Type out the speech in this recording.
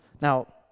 Now